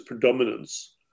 predominance